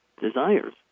desires